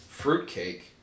Fruitcake